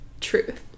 truth